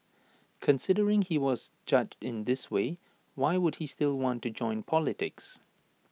considering he was judged in this way why would he still want to join politics